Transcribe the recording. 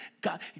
God